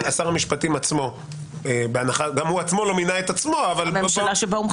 שר המשפטים גם הוא עצמו לא מינה את עצמו -- הממשלה שבה הוא מכהן.